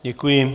Děkuji.